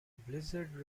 blizzard